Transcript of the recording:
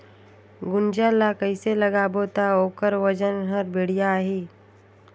गुनजा ला कइसे लगाबो ता ओकर वजन हर बेडिया आही?